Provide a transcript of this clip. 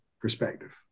perspective